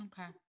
Okay